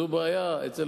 זו בעיה אצל